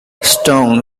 stone